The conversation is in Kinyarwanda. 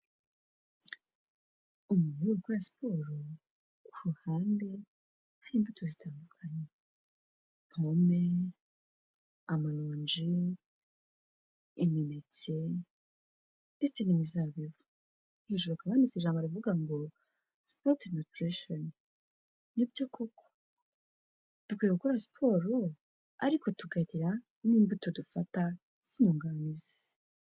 Umuntu ukora siporo ku ruhande hari imbuto zitandukanye. Pome, amaronji, imineke, ndetse n'imizabibu. Hejuru hakaba handitse ijambo rivuga ngo ''Sports nutrition''. Nibyo koko, tugomba gukora siporo, ariko tukagira n'imbuto dufata z'inyunganizi.